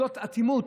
זאת אטימות.